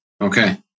Okay